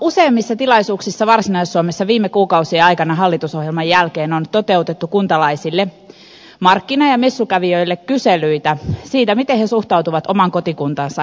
useimmissa tilaisuuksissa varsinais suomessa viime kuukausien aikana hallitusohjelman jälkeen on toteutettu kuntalaisille markkina ja messukävijöille kyselyitä siitä miten he suhtautuvat oman kotikuntansa itsenäisyyteen